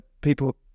people